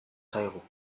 zaigu